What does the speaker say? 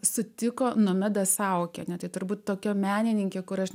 sutiko nomeda saukiene tai turbūt tokia menininkė kur aš